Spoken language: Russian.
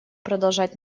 продолжать